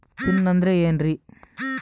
Pin ಅಂದ್ರೆ ಏನ್ರಿ?